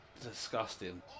disgusting